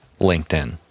LinkedIn